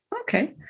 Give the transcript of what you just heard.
Okay